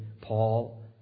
Paul